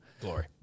Glory